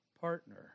partner